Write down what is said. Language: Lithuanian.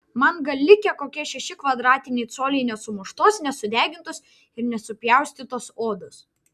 man gal likę kokie šeši kvadratiniai coliai nesumuštos nesudegintos ir nesupjaustytos odos